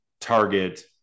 target